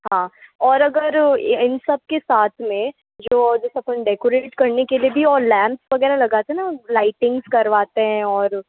हाँ और अगर इन सबके साथ में जो जैसे अपन डेकोरेट करने के लिए भी और लैम्पस वगैरह लगाते है ना लाइटिंग्स करवाते हैं और